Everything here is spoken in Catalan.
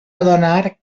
adonar